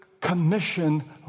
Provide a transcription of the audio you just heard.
Commission